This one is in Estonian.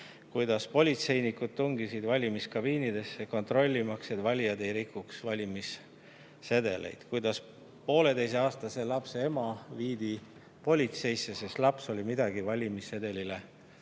kuidas politseinikud tungisid valimiskabiini, kontrollimaks, et valijad ei rikuks valimissedeleid, kuidas pooleteiseaastase lapse ema viidi politseisse, sest laps oli midagi valimissedelile